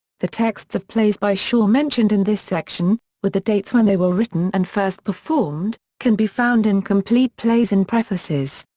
the texts of plays by shaw mentioned in this section, with the dates when they were written and first performed, can be found in complete plays and prefaces.